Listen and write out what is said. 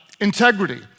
integrity